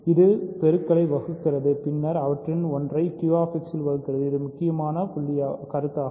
இது தயாரிப்பைப் வகுக்கிறது பின்னர் அவற்றில் ஒன்றை QX இல் வகுக்கிறது அது முக்கியமான புள்ளியாகும்